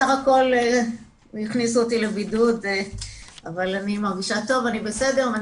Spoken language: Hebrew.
בסך הכל הכניסו אותי לבידוד אבל אני מרגישה טוב ואני